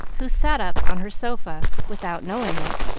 who sat up on her sofa, without knowing it,